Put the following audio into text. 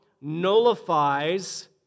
nullifies